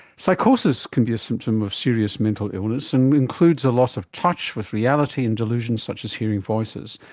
psychosis can be a symptom of serious mental illness, and includes a loss of touch with reality and delusions such as hearing voices.